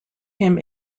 him